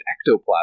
ectoplasm